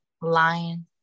Lion